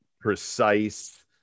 precise